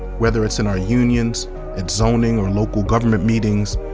whether it's in our unions and zoning or local government meetings,